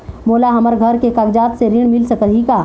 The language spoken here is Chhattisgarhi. मोला हमर घर के कागजात से ऋण मिल सकही का?